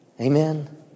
Amen